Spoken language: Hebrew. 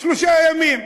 שלושה ימים.